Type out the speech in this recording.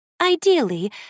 Ideally